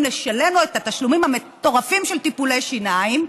לשלם לו את התשלומים המטורפים של טיפולי שיניים,